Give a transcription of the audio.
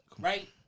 right